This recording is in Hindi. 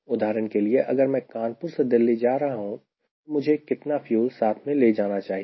उदाहरण के लिए अगर मैं कानपुर से दिल्ली जा रहा हूं तो मुझे कितना फ्यूल साथ में ले जाना चाहिए